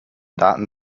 daten